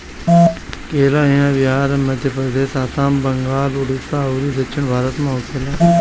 केला इहां बिहार, मध्यप्रदेश, आसाम, बंगाल, उड़ीसा अउरी दक्षिण भारत में होखेला